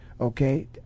Okay